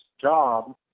job